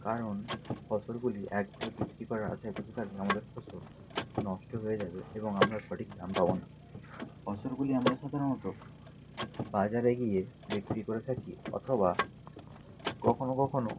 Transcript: কারণ ফসলগুলি একভাবে বিক্রি করার আশায় বসে থাকলে আমাদের ফসল নষ্ট হয়ে যাবে এবং আমরা সঠিক দাম পাব না ফসলগুলি আমরা সাধারণত বাজারে গিয়ে বিক্রি করে থাকি অথবা কখনও কখনও